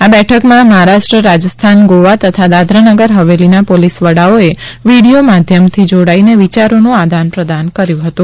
આ બેઠકમાં મહારાષ્ટ્ર રાજસ્થાન ગોવા તથા દાદરાનગર હવેલીના પોલીસવડાઓએ વિડીયો માધ્યમથી જોડાઇને વિયારોનું આદાન પ્રદાન કર્યું હતું